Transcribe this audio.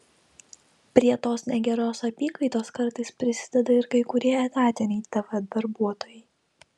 prie tos negeros apykaitos kartais prisideda ir kai kurie etatiniai tv darbuotojai